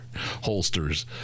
holsters